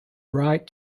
right